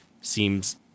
seems